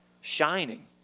shining